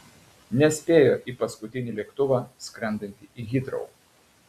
nespėjo į paskutinį lėktuvą skrendantį į hitrou